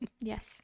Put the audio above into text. Yes